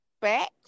back